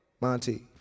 Monty